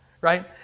right